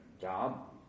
job